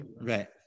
Right